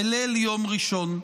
בליל יום ראשון.